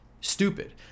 stupid